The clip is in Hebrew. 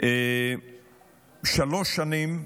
שלוש שנים,